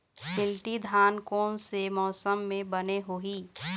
शिल्टी धान कोन से मौसम मे बने होही?